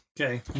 Okay